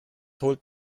holt